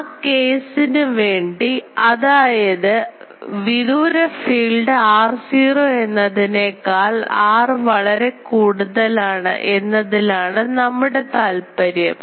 ആ കേസിനുവേണ്ടി അതായത് വിദൂര ഫീൽഡ് r0 എന്നതിനേക്കാൾ r വളരെ കൂടുതലാണ് എന്നതിലാണ് നമ്മുടെ താല്പര്യം